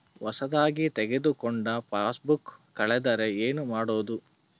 ಹೊಸದಾಗಿ ತೆಗೆದುಕೊಂಡ ಪಾಸ್ಬುಕ್ ಕಳೆದರೆ ಏನು ಮಾಡೋದು?